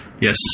Yes